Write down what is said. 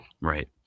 Right